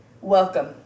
Welcome